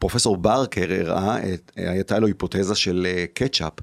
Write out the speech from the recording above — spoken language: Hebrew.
פרופסור ברקר הראה, הייתה לו היפותזה של קצ'אפ.